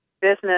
business